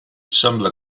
sembla